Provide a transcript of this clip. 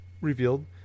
revealed